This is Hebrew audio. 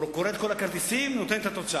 הוא קורא את כל הכרטיסים, נותן את התוצאה.